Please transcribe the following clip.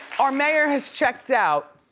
our mayor has checked out